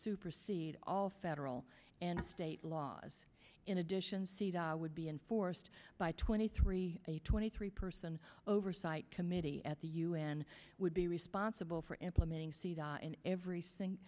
supersede all federal and state laws in addition see that would be enforced by twenty three a twenty three person oversight committee at the u n would be responsible for implementing